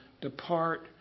depart